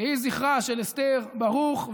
יהי זכרה של אסתר ברוך,